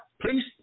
Please